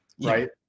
right